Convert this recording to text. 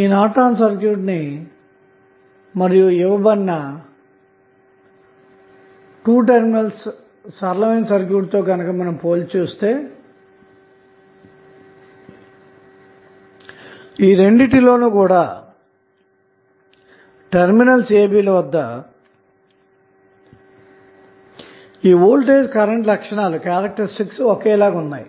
ఈ Norton circuit ని మరియు ఇవ్వబడిన 2 టెర్మినల్స్ సరళ సర్క్యూట్ తో పోల్చి చూస్తే రెండింటిలోనూ కూడా టెర్మినల్స్ a b ల వద్ద వీటి V I లక్షణాలు ఒకే లాగా ఉన్నాయి